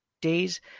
days